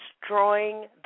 destroying